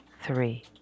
three